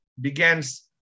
begins